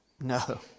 No